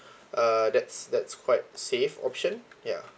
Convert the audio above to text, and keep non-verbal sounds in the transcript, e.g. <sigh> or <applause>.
<breath> uh that's that's quite safe option ya